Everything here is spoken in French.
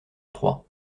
trois